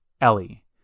Ellie